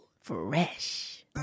fresh